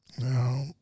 no